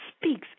speaks